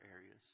areas